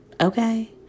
okay